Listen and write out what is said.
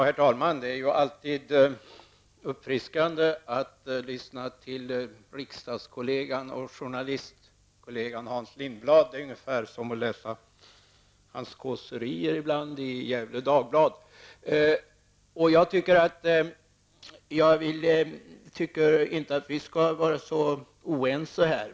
Herr talman! Det är alltid uppfriskande att lyssna till riksdagskollegan och journalistkollegan Hans Lindblad. Det är ungefär som att läsa hans kåserier ibland i Gäfle Dagblad. Jag tycker inte att vi skall behöva vara så oense här.